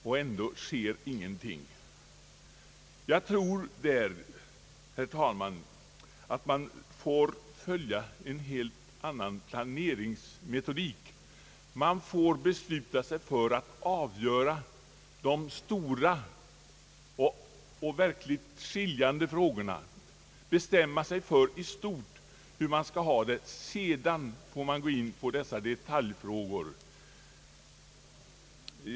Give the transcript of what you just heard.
Och ändå sker ingenting! Jag tror därför, herr talman, att man får följa en helt annan planeringsmetodik. Man får besluta sig för att avgöra de stora och verkligt skiljande frågorna, bestämma sig för i stort hur man skall ha det. Sedan får man gå in på detaljfrågorna.